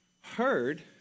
heard